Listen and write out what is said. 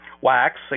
Wax